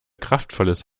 kraftvolles